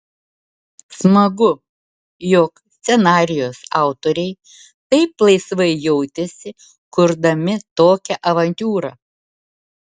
smagu jog scenarijaus autoriai taip laisvai jautėsi kurdami tokią avantiūrą